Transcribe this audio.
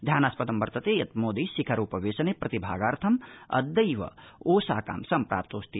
ध्यानास्पदं वर्तते यत् मोदी शिखरोपवेशने प्रतिभागार्थम् अद्यैव ओसाकां सम्प्राप्तोऽस्ति